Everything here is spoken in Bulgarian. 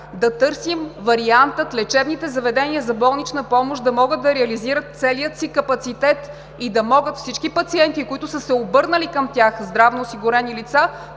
Да търсим варианта лечебните заведения за болнична помощ да могат да реализират целия си капацитет и да могат всички пациенти – здравноосигурени лица,